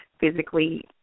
physically